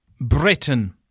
Britain